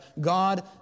God